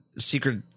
secret